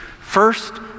first